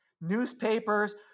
newspapers